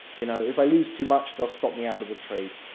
you know. if i lose too much, they'll stop me out of the trade.